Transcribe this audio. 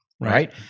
Right